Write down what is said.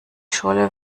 scholle